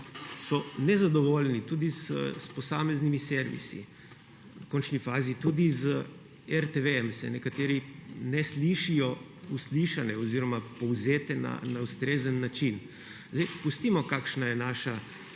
so nezadovoljni tudi s posameznimi servisi. V končni fazi se tudi z RTV-jem nekateri ne slišijo uslišane oziroma povzete na ustrezen način. Pustimo, kakšna je naša